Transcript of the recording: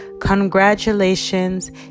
Congratulations